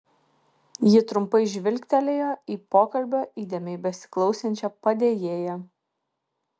ji trumpai žvilgtelėjo į pokalbio įdėmiai besiklausančią padėjėją